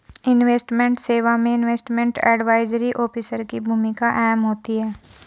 investment सेवा में investment advisory officer की भूमिका अहम होती है